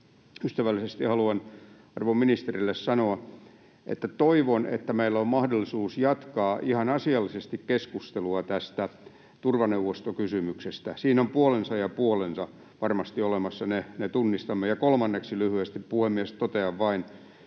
ystävällisesti arvon ministerille sanoa, että toivon, että meillä on mahdollisuus jatkaa ihan asiallisesti keskustelua tästä turvaneuvostokysymyksestä. Siinä on puolensa ja puolensa varmasti olemassa, ne tunnistamme. Ja kolmanneksi lyhyesti, puhemies, totean vain,